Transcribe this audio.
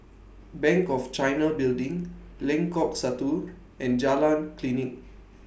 Bank of China Building Lengkok Satu and Jalan Klinik